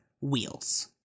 Wheels